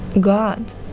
God